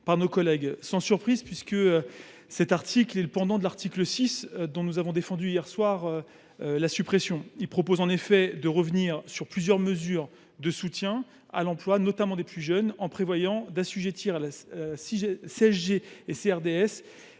par nos collègues. Sans surprise, puisque cet article est le pendant de l’article 6, dont nous avons défendu hier soir la suppression. L’article 7 revient en effet sur plusieurs mesures de soutien à l’emploi, notamment des plus jeunes, en prévoyant d’assujettir à la CSG CRDS